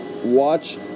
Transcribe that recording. watch